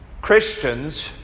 Christians